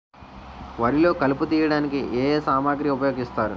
వరిలో కలుపు తియ్యడానికి ఏ ఏ సామాగ్రి ఉపయోగిస్తారు?